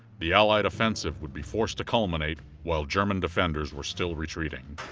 the allied offensive would be forced to culminate while german defenders were still retreating.